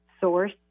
source